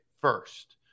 first